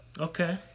Okay